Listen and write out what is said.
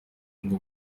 ngo